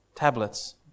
Tablets